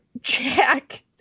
Jack